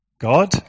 God